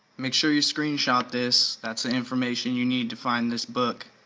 make sure you screenshot this, that's the information you need to find this book.